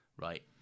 right